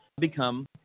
become